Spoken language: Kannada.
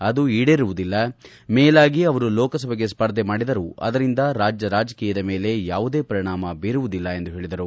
ಅದು ಈಡೇರುವುದಿಲ್ಲ ಮೇಲಾಗಿ ಅವರು ಲೋಕಸಭೆಗೆ ಸ್ಪರ್ಧೆ ಮಾಡಿದರೂ ಅದರಿಂದ ರಾಜ್ಯ ರಾಜಕೀಯದ ಮೇಲೆ ಯಾವುದೇ ಪರಿಣಾಮ ಬೀರುವುದಿಲ್ಲ ಎಂದು ಹೇಳಿದರು